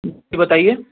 جی بتائیے